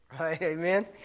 Amen